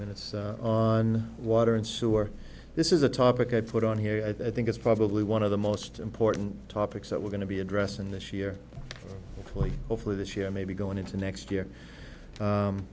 minutes or on water and sewer this is a topic i put on here i think is probably one of the most important topics that we're going to be addressing this year hopefully this year maybe going into next